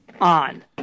on